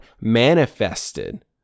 manifested